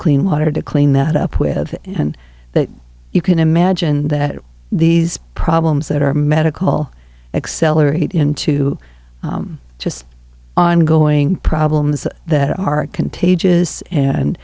clean water to clean that up with and that you can imagine that these problems that are medical accelerate into just ongoing problems that are contagious and